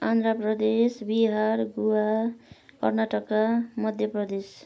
Andhra Pradesh Bihar Goa Karnataka Madhya Pradesh